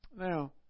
Now